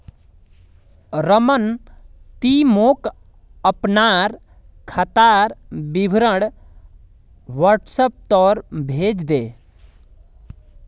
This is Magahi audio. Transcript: रमन ती मोक अपनार खातार विवरण व्हाट्सएपोत भेजे दे